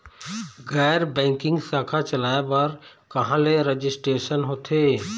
गैर बैंकिंग शाखा चलाए बर कहां ले रजिस्ट्रेशन होथे?